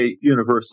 universal